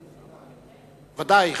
אדוני היושב-ראש, ודאי,